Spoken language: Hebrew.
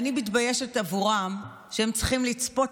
ואני מתביישת עבורם שהם צריכים לצפות